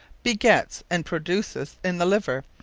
begets, and produceth in the liver,